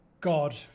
God